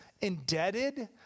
indebted